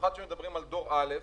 במיוחד כשמדברים על דור א'.